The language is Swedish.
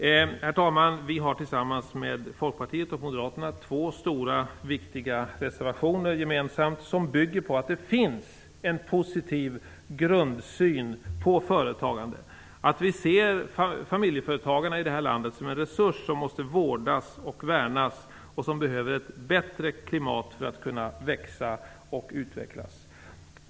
Herr talman! Vi har tillsammans med Folkpartiet och Moderaterna två stora och viktiga reservationer, som bygger på att det finns en positiv grundsyn på företagande. Vi ser familjeföretagarna i det här landet som en resurs som måste vårdas och värnas och som behöver ett bättre klimat för att kunna växa och utvecklas.